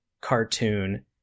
cartoon